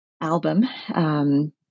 album